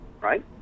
Right